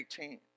18